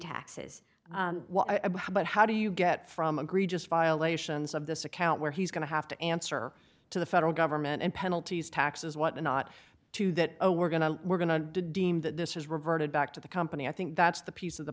taxes but how do you get from agree just violations of this account where he's going to have to answer to the federal government and penalties taxes whatnot to that oh we're going to we're going to deem that this has reverted back to the company i think that's the piece of the